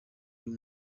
uyu